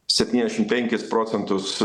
septyndešimt penkis procentus